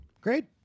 Great